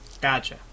Gotcha